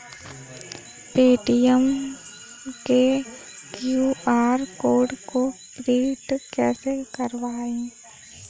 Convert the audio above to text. Paytm के QR code को print कैसे करवाएँ?